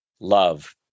love